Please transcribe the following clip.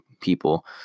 people